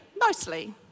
mostly